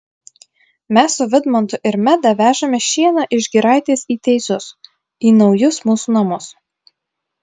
mes su vidmantu ir meda vežame šieną iš giraitės į teizus į naujus mūsų namus